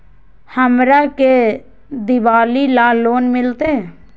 हमरा के दिवाली ला लोन मिलते?